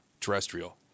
terrestrial